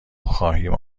خواهیم